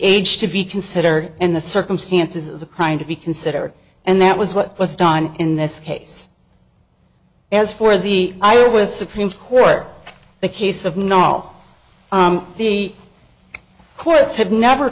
age to be considered and the circumstances of the crime to be considered and that was what was done in this case as for the eye or with supreme court the case of not all the courts have never